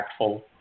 impactful